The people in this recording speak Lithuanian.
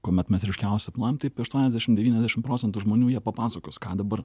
kuomet mes ryškiausiai sapnuojam tai apie aštuoniasdešimt devyniasdešimt procentų žmonių jie papasakos ką dabar